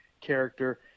character